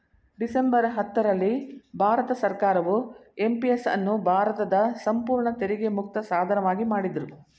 December ಹತ್ತು ರಲ್ಲಿ ಭಾರತ ಸರ್ಕಾರವು ಎಂ.ಪಿ.ಎಸ್ ಅನ್ನು ಭಾರತದ ಸಂಪೂರ್ಣ ತೆರಿಗೆ ಮುಕ್ತ ಸಾಧನವಾಗಿ ಮಾಡಿದ್ರು